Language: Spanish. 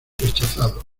rechazado